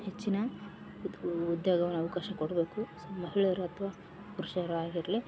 ಹೆಚ್ಚಿನ ಉತ್ ಉದ್ಯೋಗವ ಅವಕಾಶ ಕೊಡಬೇಕು ಸೊ ಮಹಿಳೆಯರು ಅಥ್ವ ಪುರುಷರು ಆಗಿರಲಿ